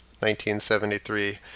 1973